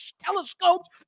telescopes